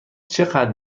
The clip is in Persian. چقدر